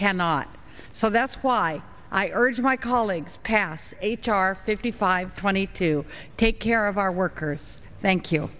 cannot so that's why i urge my colleagues past eight our fifty five twenty to take care of our workers thank you